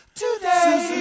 today